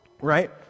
right